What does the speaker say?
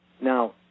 Now